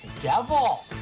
devil